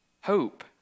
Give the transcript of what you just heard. hope